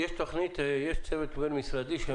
יש תוכנית ויש צוות בין-משרדי.